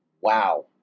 Wow